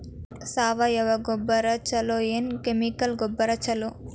ಸಾವಯವ ಗೊಬ್ಬರ ಛಲೋ ಏನ್ ಕೆಮಿಕಲ್ ಗೊಬ್ಬರ ಛಲೋ?